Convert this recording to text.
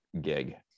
gig